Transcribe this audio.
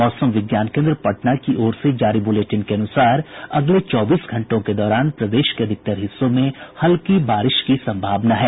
मौसम विज्ञान केन्द्र पटना की ओर से जारी ब्रलेटिन के अनुसार अगले चौबीस घंटों के दौरान प्रदेश के अधिकतर हिस्सों में हल्की बारिश की संभावना है